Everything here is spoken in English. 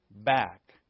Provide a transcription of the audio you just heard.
back